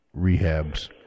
rehabs